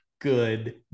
good